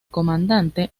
comandante